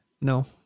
No